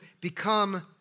become